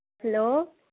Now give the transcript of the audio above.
hello